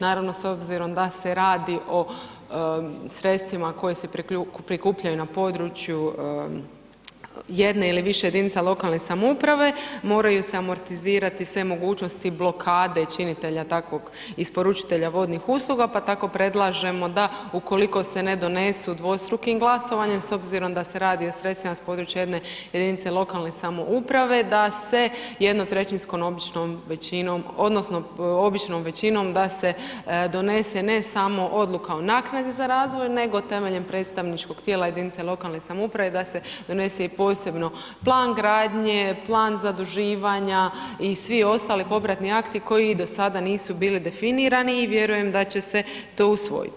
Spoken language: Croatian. Naravno, s obzirom da se radi o sredstvima koja se prikupljaju na području jedne ili više jedinica lokalne samouprave, moraju se amortizirati sve mogućnosti blokade i činitelja takvog isporučitelja vodnih usluga, pa tako predlažemo da, ukoliko se ne donesu dvostrukim glasovanjem, s obzirom da se radi o sredstvima s područja jedne jedinice lokalne samouprave, da se jednotrećinskom običnom većinom, odnosno običnom većinom da se donese, ne samo odluka o naknadi za razvoj, nego temeljem predstavničkog tijela jedinica lokalne samouprave, da se donese i posebno plan gradnje, plan zaduživanja i svi ostali popratni akti koji do sada nisu bili definirani i vjerujem da će se to usvojiti.